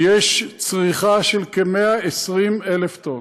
יש צריכה של כ-120,000 טונות.